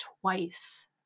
twice